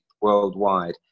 worldwide